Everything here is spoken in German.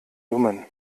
dummen